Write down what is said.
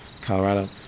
Colorado